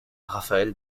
raphaëlle